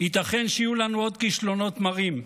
ייתכן שיהיו לנו עוד כישלונות מרים,